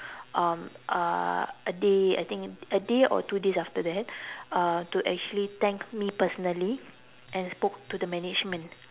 um uh a day I think a day or two days after uh to actually thank me personally and spoke to the management